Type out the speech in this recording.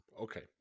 Okay